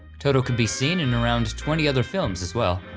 toto could be seen in around twenty other films as well,